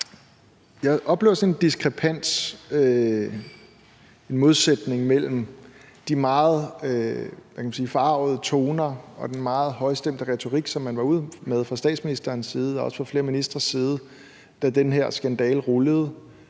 diskrepans; en modsætning mellem de meget forargede toner og den meget højstemte retorik, som man var ude med fra statsministeren og også flere ministres side, da den her skandale rullede,